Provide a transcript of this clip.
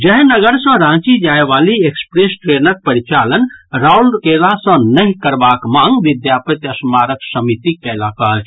जयनगर सँ राँची जायवाली एक्सप्रेस ट्रेनक परिचालन राउरकेला सँ नहि करबाक मांग विद्यापति स्मारक समिति कयलक अछि